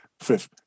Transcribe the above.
fifth